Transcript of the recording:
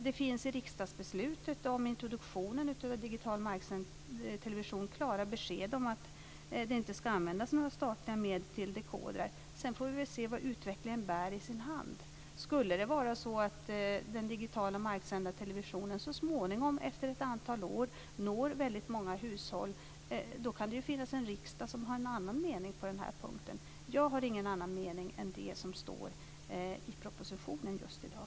Det finns i riksdagsbeslutet om introduktionen av digital marksänd television klara besked om att det inte ska användas några statliga medel till dekodrar. Sedan får vi väl se vad utvecklingen bär i sin hand. Skulle den digitala marksända televisionen så småningom, efter ett antal år, nå väldigt många hushåll kan det ju då finnas en riksdag som har en annan mening på den här punkten. Jag har ingen annan mening än det som står i propositionen just i dag.